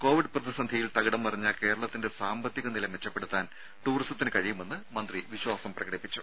Covid പ്രതിസന്ധിയിൽ തകിടം മറിഞ്ഞ കേരളത്തിന്റെ സാമ്പത്തിക നില മെച്ചപ്പെടുത്താൻ ടൂറിസത്തിന് കഴിയുമെന്ന് മന്ത്രി വിശ്വാസം പ്രകടിപ്പിച്ചു